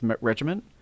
Regiment